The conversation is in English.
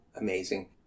amazing